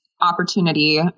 opportunity